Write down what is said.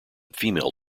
female